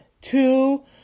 two